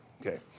okay